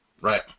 right